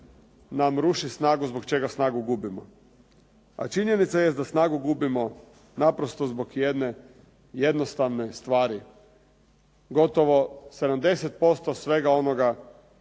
nam ruši snagu, zbog čega snagu gubimo. A činjenica jest da snagu gubimo naprosto zbog jedne jednostavne stvari. Gotovo 70% svega onoga